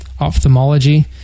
ophthalmology